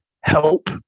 help